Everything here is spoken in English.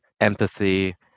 empathy